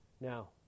Now